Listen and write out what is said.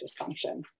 dysfunction